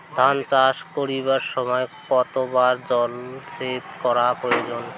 ধান চাষ করিবার সময় কতবার জলসেচ করা প্রয়োজন?